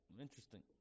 interesting